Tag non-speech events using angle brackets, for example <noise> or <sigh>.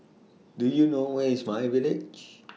Do YOU know Where IS My Village <noise>